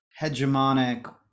hegemonic